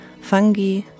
fungi